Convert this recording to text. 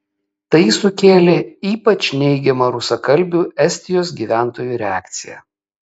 tai sukėlė ypač neigiamą rusakalbių estijos gyventojų reakciją